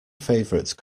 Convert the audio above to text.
favourite